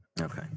Okay